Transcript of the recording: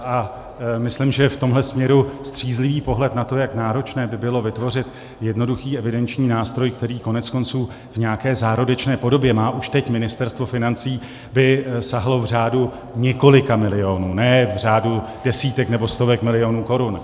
A myslím, že v tomhle směru střízlivý pohled na to, jak náročné by bylo vytvořit jednoduchý evidenční nástroj, který koneckonců v nějaké zárodečné podobě má už teď Ministerstvo financí, by sahalo v řádu několika milionů, nikoli v řádu desítek nebo stovek milionů korun.